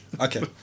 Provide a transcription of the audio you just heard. Okay